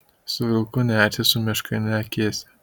su vilku nearsi su meška neakėsi